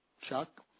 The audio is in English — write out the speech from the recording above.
chuck